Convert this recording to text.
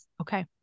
Okay